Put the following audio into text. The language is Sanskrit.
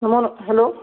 नमोनमः हलो